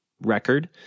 record